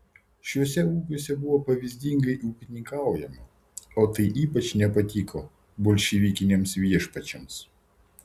šiuose ūkiuose buvo pavyzdingai ūkininkaujama o tai ypač nepatiko bolševikiniams viešpačiams